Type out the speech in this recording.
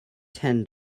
ten